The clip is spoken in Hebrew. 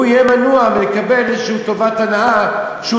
והוא יהיה מנוע מלקבל טובת הנאה כלשהי,